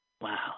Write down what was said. Wow